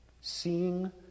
seeing